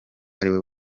ariwe